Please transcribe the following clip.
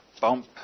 bump